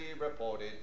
reported